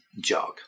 jog